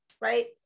right